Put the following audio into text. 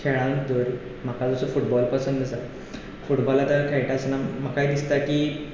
खेळांत धर म्हाका जसो फुटबॉल पसंत आसा फुटबॉल आतां खेळटासतना म्हाकाय दिसता की